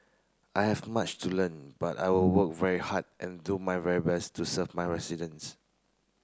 I have much to learn but I will work very hard and do my very best to serve my residents